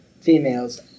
females